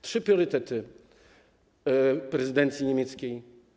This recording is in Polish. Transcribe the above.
Trzy priorytety prezydencji niemieckiej.